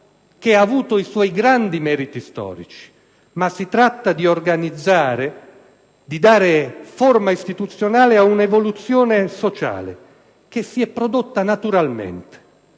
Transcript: che ha avuto i suoi grandi meriti storici, ma di organizzare e di dare forma istituzionale ad un'evoluzione sociale, che si è prodotta naturalmente.